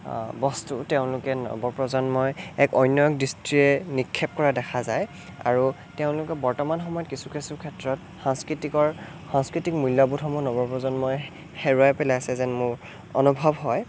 বস্তু তেওঁলোকে নৱপ্ৰজন্ময়ে এক অন্য দৃষ্টিৰে নিক্ষেপ কৰা দেখা যায় আৰু তেওঁলোকে বৰ্তমান সময়ত কিছু কিছু ক্ষেত্ৰত সাংস্কৃতিকৰ সংস্কৃতিক মূল্যবোধসমূহ নৱপ্ৰজন্ময়ে হেৰুৱাই পেলাইছে যেন মোৰ অনুভৱ হয়